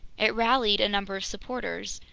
it rallied a number of supporters.